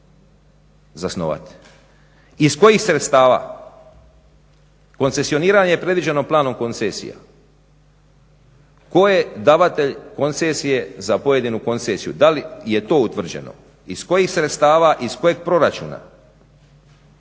kojih sredstava? Koncesioniranje je predviđeno planom koncesija. Tko je davatelj koncesije za pojedinu koncesiju, da li je to utvrđeno. Iz kojih sredstava, iz kojeg proračuna.